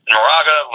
Moraga